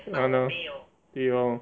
!hanna! 对 loh